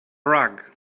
rug